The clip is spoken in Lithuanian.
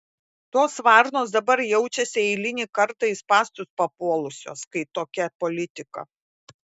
tos varnos dabar jaučiasi eilinį kartą į spąstus papuolusios kai tokia politika